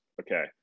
Okay